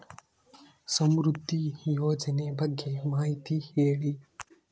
ಸಮೃದ್ಧಿ ಯೋಜನೆ ಬಗ್ಗೆ ಮಾಹಿತಿ ಹೇಳಿ?